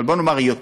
אבל אם יותר,